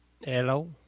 Hello